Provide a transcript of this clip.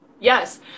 yes